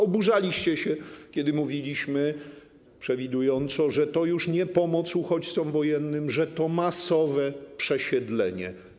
Oburzaliście się, kiedy mówiliśmy, przewidująco, że to już nie pomoc uchodźcom wojennym, że to masowe przesiedlenie.